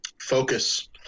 focus